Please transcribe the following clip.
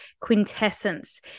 Quintessence